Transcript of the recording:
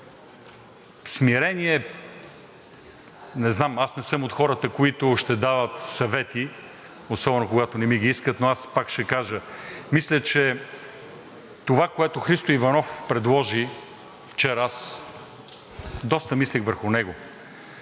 Смирение. И аз не знам, не съм от хората, които ще дават съвети, особено когато не ми ги искат, но аз пак ще кажа: мисля, че това, което Христо Иванов предложи вчера, и аз доста мислех върху него,